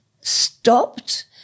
stopped